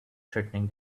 threatening